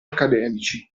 accademici